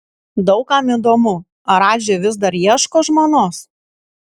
daug kam įdomu ar radži vis dar ieško žmonos